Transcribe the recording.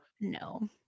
no